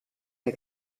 der